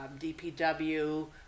DPW